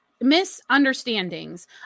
misunderstandings